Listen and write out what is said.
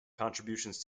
contributions